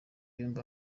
yombi